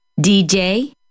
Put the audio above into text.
DJ